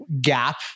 gap